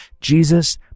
Jesus